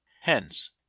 Hence